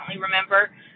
remember